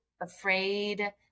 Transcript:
afraid